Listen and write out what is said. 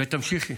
ותמשיכי,